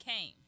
came